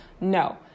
No